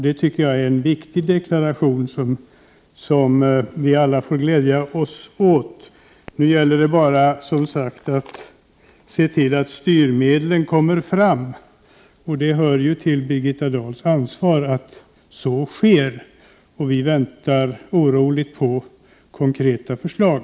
Det tycker jag är en viktig deklaration som vi alla får glädja oss åt. Nu gäller det bara som sagt att se till att styrmedlen kommer fram, och det hör ju till Birgitta Dahls ansvar att så sker. Vi väntar oroligt på konkreta förslag.